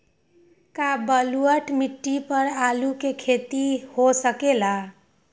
का बलूअट मिट्टी पर आलू के खेती हो सकेला?